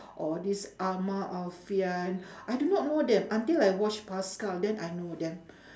or this ahmad-alfian I do not know them until I watch paskal then I know them